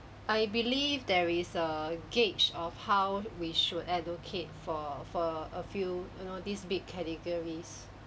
I believe there is a gauge of how we should advocate for for a few you know these big categories